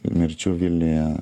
mirčių vilniuje